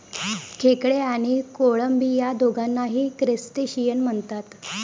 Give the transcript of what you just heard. खेकडे आणि कोळंबी या दोघांनाही क्रस्टेशियन म्हणतात